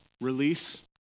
release